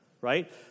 right